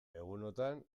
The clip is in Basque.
egunotan